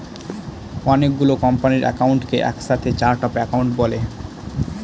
অনেকগুলো কোম্পানির একাউন্টকে এক সাথে চার্ট অফ একাউন্ট বলে